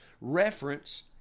reference